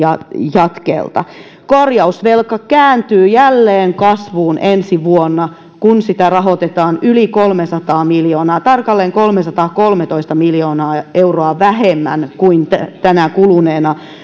jatkamiselta korjausvelka kääntyy kasvuun jälleen ensi vuonna kun sitä rahoitetaan yli kolmesataa miljoonaa tarkalleen kolmesataakolmetoista miljoonaa euroa vähemmän kuin tänä kuluneena